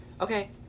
Okay